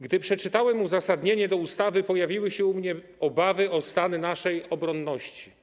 Gdy przeczytałem uzasadnienie ustawy, pojawiły się u mnie obawy o stan naszej obronności.